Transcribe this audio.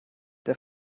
der